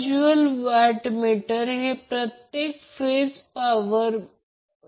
हा एक power factor angle आहे खरंतर पॉवर फॅक्टर अँगल आहे